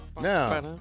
now